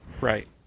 Right